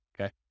okay